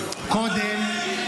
באמצע מלחמה וקורא להפר את פסיקת בג"ץ,